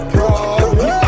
Problem